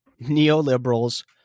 neoliberals